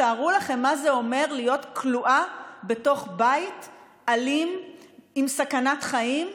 תארו לכם מה זה אומר להיות כלואה בתוך בית אלים בסכנת חיים.